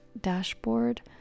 dashboard